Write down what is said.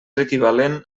equivalent